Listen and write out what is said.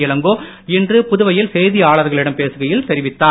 இளங்கோ இன்று புதுவையில் செய்தியாளர்களிடம் பேசுகையில் கூறினார்